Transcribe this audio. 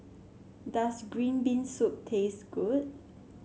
does Green Bean Soup taste good